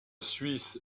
suisse